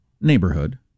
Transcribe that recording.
neighborhood